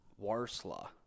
warslaw